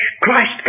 Christ